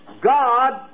God